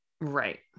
Right